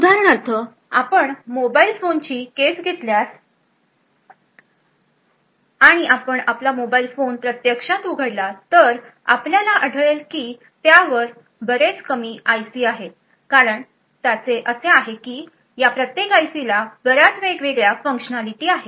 उदाहरणार्थ आपण मोबाईल फोनची केस घेतल्यास आणि आपण आपला मोबाइल फोन प्रत्यक्षात उघडला तर आपल्याला आढळेल की त्यावर बरेच कमी आयसी आहेत आणि त्याचे कारण असे आहे की या प्रत्येक आयसी ला बऱ्याच वेगवेगळ्या फंक्शनालिटी आहेत